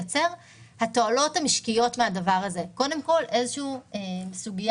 התועלות המשקיות מהדבר הזה הן קודם כל ודאות,